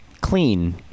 clean